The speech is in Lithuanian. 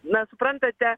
na suprantate